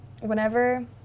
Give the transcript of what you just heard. whenever